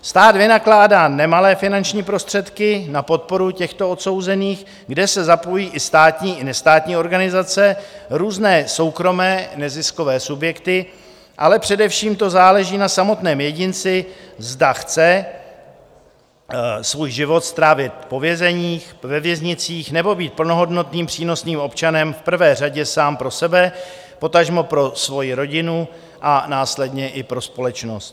Stát vynakládá nemalé finanční prostředky na podporu těchto odsouzených, kde se zapojí i státní i nestátní organizace, různé soukromé neziskové subjekty, ale především to záleží na samotném jedinci, zda chce svůj život strávit po vězeních, ve věznicích, nebo být plnohodnotným, přínosným občanem v prvé řadě sám pro sebe, potažmo pro svoji rodinu a následně i pro společnost.